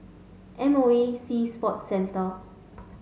M O E Sea Sports Centre